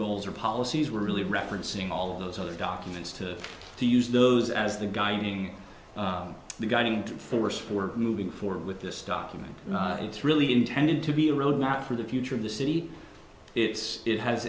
goals or policies we're really referencing all those other documents to to use those as the guiding the guiding force for moving forward with this document it's really intended to be a road map for the future of the city it's it